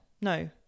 no